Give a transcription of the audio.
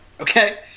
okay